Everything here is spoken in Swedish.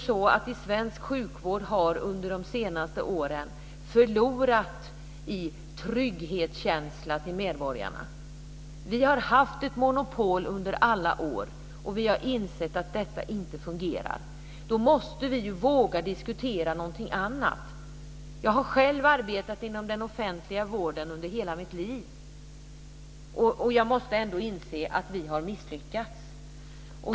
Svensk sjukvård har under de senaste åren förlorat när det gäller medborgarnas känsla av trygghet. Vi har haft ett monopol under alla år, och vi har insett att detta inte fungerar. Då måste vi våga diskutera någonting annat. Jag har själv arbetat inom den offentliga vården under hela mitt liv, och jag måste ändå inse att vi har misslyckats.